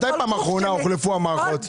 מתי פעם אחרונה הוחלפו המערכות?